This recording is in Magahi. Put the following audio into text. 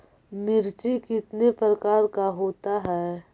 मिर्ची कितने प्रकार का होता है?